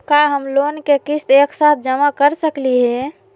का हम लोन के किस्त एक साथ जमा कर सकली हे?